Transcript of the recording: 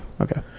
Okay